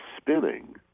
spinning